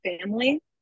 family